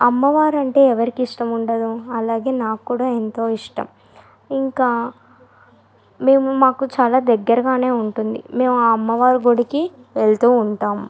అమ్మవారంటే ఎవరికిష్టముండదు అలాగే నాక్కూడా ఎంతో ఇష్టం ఇంకా మేము మాకు చాలా దగ్గరగానే ఉంటుంది మేము అమ్మవారి గుడికి వెళ్తూ ఉంటాం